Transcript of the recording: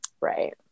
Right